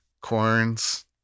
corns